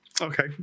Okay